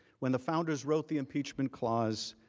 when the founders wrote the impeachment clause,